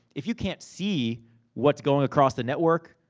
if you can't see what's going across the network,